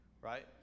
right